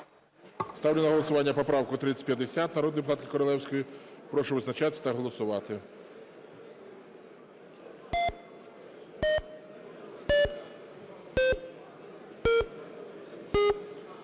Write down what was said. Ставлю на голосування поправку 3050 народної депутатки Королевської. Прошу визначатися та голосувати.